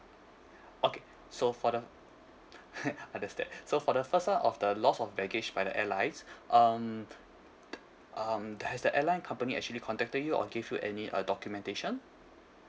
okay so for the understand so for the first one of the loss of baggage by the airlines um um has the airline company actually contacted you or give you any uh documentation